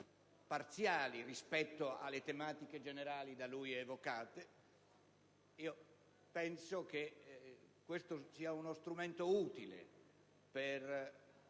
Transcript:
parziali rispetto alle tematiche generali da lui evocate. Ritengo si tratti di uno strumento utile per